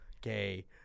gay